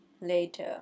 later